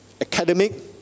academic